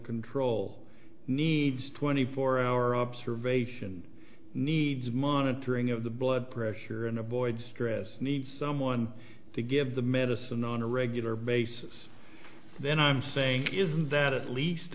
control needs twenty four hour observation needs monitoring of the blood pressure and avoid stress needs someone to give the medicine on a regular basis then i'm saying is that at least